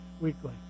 weekly